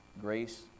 grace